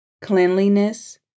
cleanliness